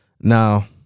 Now